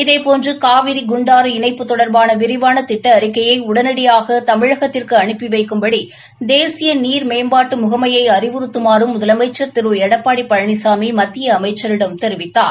இதேபோன்று காவிரி குண்டாறு இணைப்பு தொடர்பான விரிவான திட்ட அறிக்கையை உடனடியாக தமிழகத்திற்கு அனுப்பிவைக்கும்படி தேசிய நீர் மேம்பாட்டு முகமையை அறிவுறுத்தமாறும் முதலமைச்சர் திரு எடப்பாடி பழனிசாமி மத்திய அமைச்சரிடம் தெரிவித்தார்